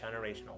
generational